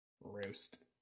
Roast